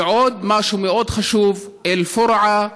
ועוד משהו מאוד חשוב: אל-פורעה וא-זרנוק,